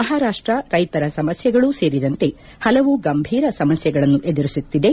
ಮಹಾರಾಷ್ಸ ರೈತರ ಸಮಸ್ಗೆಗಳೂ ಸೇರಿದಂತೆ ಹಲವು ಗಂಭೀರ ಸಮಸ್ಲೆಗಳನ್ನು ಎದುರಿಸುತ್ತಿದೆ